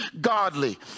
godly